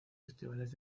festivales